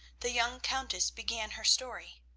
the young countess began her story.